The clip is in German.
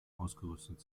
ausgerüstet